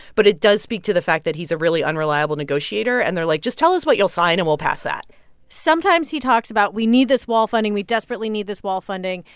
but it does speak to the fact that he's a really unreliable negotiator. and they're like, just tell us what you'll sign, and we'll pass that sometimes, he talks about, we need this wall funding. we desperately need this wall funding.